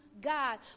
God